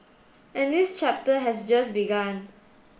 and this chapter has just begun